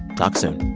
talk soon